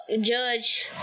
judge